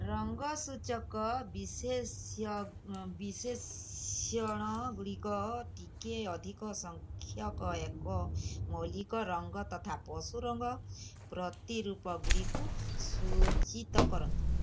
ରଙ୍ଗ ସୂଚକ ବିଶେଷ୍ୟଣଗୁଡ଼ିକ ଟିକେ ଅଧିକ ସଂଖ୍ୟକ ଏକ ମୌଳିକ ରଙ୍ଗ ତଥା ପଶୁ ରଙ୍ଗ ପ୍ରତିରୂପଗୁଡ଼ିକୁ ସୂଚିତ କରନ୍ତୁ